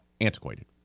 antiquated